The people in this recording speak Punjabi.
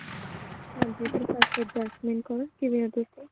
ਹਾਂਜੀ ਪ੍ਰੋਫੈਸਰ ਜਸਮੀਨ ਕੌਰ ਕਿਵੇਂ ਓਂ ਤੁਸੀਂ